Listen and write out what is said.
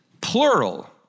plural